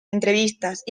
entrevistas